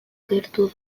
gertu